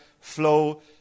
flow